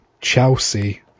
Chelsea